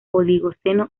oligoceno